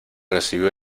recibió